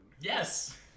Yes